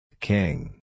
King